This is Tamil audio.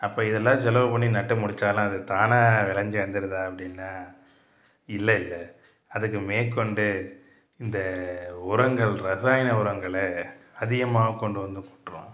அப்போ இதல்லாம் செலவு பண்ணி நட்டு முடிச்சாலும் அது தானா விளஞ்சி வந்துடுதா அப்படினா இல்லேல அதுக்கு மேற்கொண்டு இந்த உரங்கள் இரசாயன உரங்களை அதிகமாக கொண்டு வந்து கொட்டுறோம்